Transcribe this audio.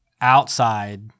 outside